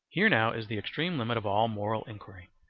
here now is the extreme limit of all moral inquiry,